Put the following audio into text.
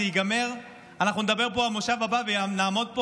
זה ייגמר, אנחנו נדבר פה במושב הבא, אני אעמוד פה